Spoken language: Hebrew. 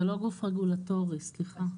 זה לא גוף רגולטורי, סליחה.